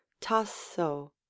tasso